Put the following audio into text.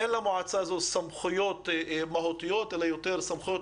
אין למועצה הזו סמכויות מהותיות אלא יותר סמכויות